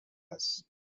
است